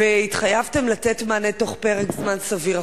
והתחייבתם לתת מענה תוך פרק זמן סביר.